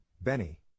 Benny